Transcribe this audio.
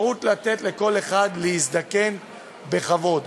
לתת לכל אחד אפשרות להזדקן בכבוד.